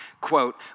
quote